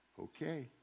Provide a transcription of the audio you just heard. okay